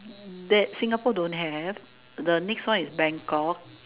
that Singapore don't have the next one is Bangkok